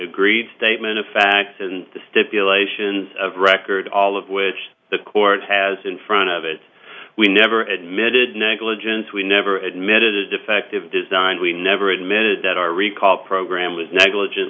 agreed statement of facts and the stipulations of record all of which the court has in front of it we never admitted negligence we never admitted a defective design we never admitted that our recall program was negligent